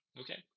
Okay